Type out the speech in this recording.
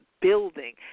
building